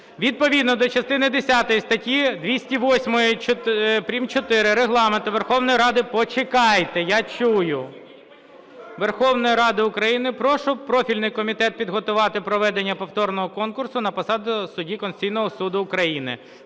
Відповідно до частини десятої статті 208 прим.4 Регламенту Верховної Ради… Почекайте, я чую! …Верховної Ради України прошу профільний комітет підготувати проведення повторного конкурсу на посаду судді Конституційного Суду України.